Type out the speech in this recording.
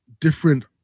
different